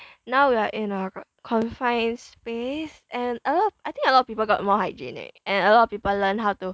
now we are in a confined space and a lot I think a lot of people got more hygienic and a lot of people learn how to